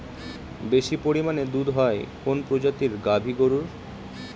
বেশি পরিমানে দুধ হয় কোন প্রজাতির গাভি গরুর?